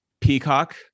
Peacock